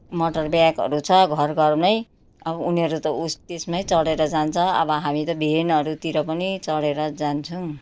मोटरबाइकहरू छ घर घरमै अब उनीहरू त उस त्यसमै चढेर जान्छ अब हामी त भेनहरूतिर पनि चढेर जान्छौँ